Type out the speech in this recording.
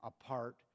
apart